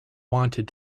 wanted